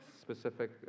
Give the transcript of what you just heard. specific